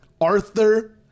Arthur